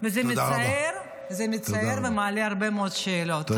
וזה מצער, ומעלה הרבה מאוד שאלות.